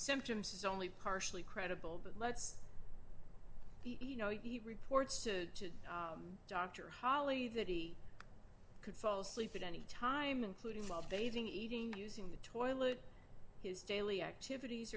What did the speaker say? symptoms is only partially credible but let's you know he reports to dr holly that he could fall asleep at any time including love bathing eating using the toilet his daily activities